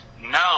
No